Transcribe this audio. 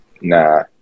nah